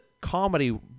comedy